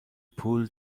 پول